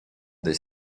des